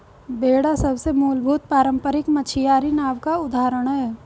बेड़ा सबसे मूलभूत पारम्परिक मछियारी नाव का उदाहरण है